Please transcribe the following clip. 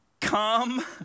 come